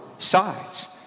sides